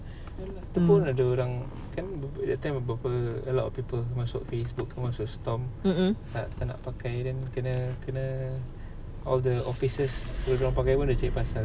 itu pun ada orang kan that time berapa a lot of people masuk facebook masuk stomp tak nak pakai then kena kena all the officers suruh dia orang pakai pun dia cari pasal